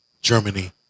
Germany